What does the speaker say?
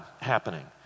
happening